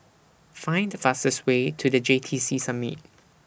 Find The fastest Way to The J T C Summit